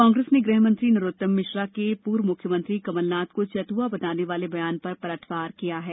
कांग्रेस ने गृहमंत्री नरोत्तम मिश्रा के पूर्व मुख्यमंत्री कमलनाथ को चैतुआ बताने वाले बयान पर पलटवार किया है